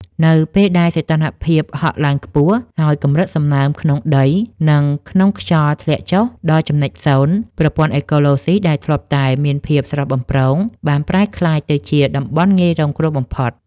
នៅពេលដែលសីតុណ្ហភាពហក់ឡើងខ្ពស់ ហើយកម្រិតសំណើមក្នុងដី និងក្នុងខ្យល់ធ្លាក់ចុះដល់ចំណុចសូន្យ ប្រព័ន្ធអេកូឡូស៊ីដែលធ្លាប់តែមានភាពស្រស់បំព្រងបានប្រែក្លាយទៅជាតំបន់ងាយរងគ្រោះបំផុត។